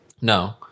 No